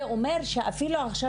זה אומר שאפילו עכשיו,